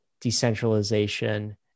decentralization